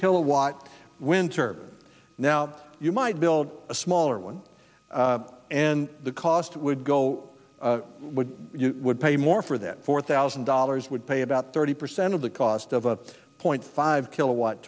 kilowatt winter now you might build a smaller one and the cost would go would pay more for that four thousand dollars would pay about thirty percent of the cost of a point five kilowatt